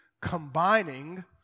combining